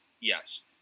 yes